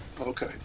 okay